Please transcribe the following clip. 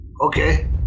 Okay